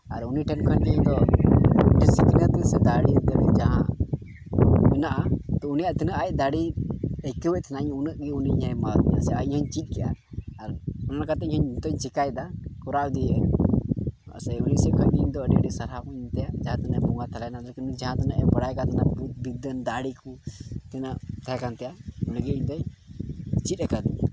ᱟᱨ ᱩᱱᱤ ᱴᱷᱮᱱ ᱠᱷᱚᱱ ᱜᱮ ᱤᱧᱫᱚ ᱡᱟᱦᱟᱸ ᱢᱮᱱᱟᱜᱼᱟ ᱛᱳ ᱩᱱᱤᱭᱟᱜ ᱛᱤᱱᱟᱹᱜ ᱟᱡ ᱫᱟᱲᱮ ᱟᱹᱭᱠᱟᱹᱣᱮᱫ ᱛᱟᱦᱮᱱᱟᱭ ᱩᱱᱟᱹᱜ ᱜᱮ ᱟᱡ ᱤᱧ ᱪᱮᱫ ᱠᱮᱫᱟ ᱚᱱᱟ ᱞᱮᱠᱟᱛᱮ ᱱᱤᱛᱚᱜ ᱤᱧᱦᱚᱧ ᱪᱮᱫ ᱠᱮᱫᱟ ᱠᱚᱨᱟᱣ ᱤᱫᱤᱭᱟᱹᱧ ᱥᱮ ᱩᱱᱤ ᱥᱮᱫ ᱠᱷᱚᱱ ᱜᱮ ᱟᱹᱰᱤ ᱟᱹᱰᱤ ᱥᱟᱨᱦᱟᱣ ᱡᱟᱦᱟᱸ ᱛᱤᱱᱟᱹᱜ ᱵᱟᱲᱟᱭ ᱠᱟᱱ ᱛᱟᱦᱮᱱᱟ ᱢᱤᱫ ᱫᱤᱱ ᱫᱟᱲᱮ ᱠᱚ ᱛᱟᱦᱮᱸ ᱠᱟᱱ ᱛᱟᱭᱟ ᱩᱱᱤ ᱜᱮ ᱤᱧᱫᱚᱭ ᱪᱮᱫ ᱠᱟᱫᱤᱧᱟ